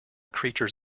creatures